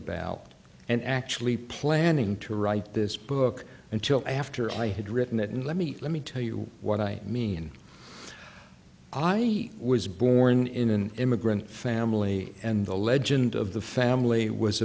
about and actually planning to write this book until after i had written it and let me let me tell you what i mean i was born in an immigrant family and the legend of the family was